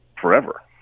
forever